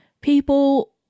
people